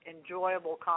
enjoyable